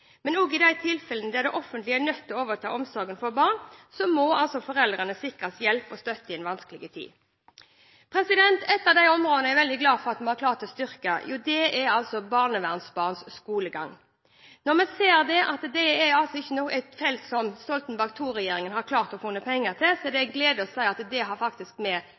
Men også i de tilfellene der det offentlige er nødt til å overta omsorgen for barna, må foreldre sikres hjelp og støtte i en vanskelig tid. Et av de områdene jeg er veldig glad for at vi har klart å styrke, er barnevernsbarns skolegang. Når vi ser at det er et felt som Stoltenberg II-regjeringen ikke har klart å finne penger til, er det en glede å si at vi faktisk har gjort det. Det har